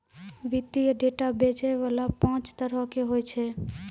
वित्तीय डेटा बेचै बाला पांच तरहो के होय छै